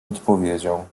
odpowiedział